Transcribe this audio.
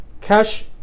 Cash